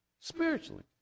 Spiritually